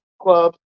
club